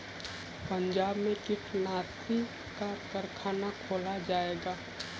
पंजाब में कीटनाशी का कारख़ाना खोला जाएगा